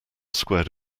squared